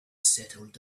settled